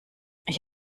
ich